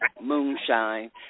moonshine